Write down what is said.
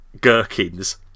gherkins